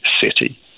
city